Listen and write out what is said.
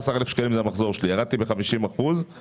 16 אלף שקלים זה המחזור שלי וירדתי ב-50 אחוזים,